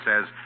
says